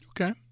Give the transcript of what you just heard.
Okay